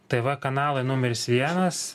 tv kanalai numeris vienas